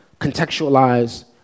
contextualize